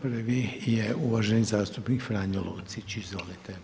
Prvi je uvaženi zastupnik Franjo Lucić, izvolite.